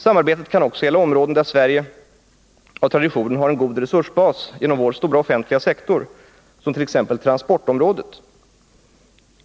Samarbetet kan också gälla områden där Sverige av tradition har en god resursbas genom sin stora offentliga sektor, t.ex. transportområdet.